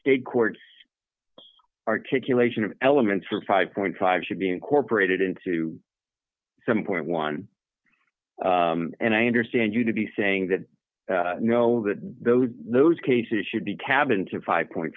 state courts articulation of elements for five point five should be incorporated into seven point one and i understand you to be saying that you know that those those cases should be cabin to five point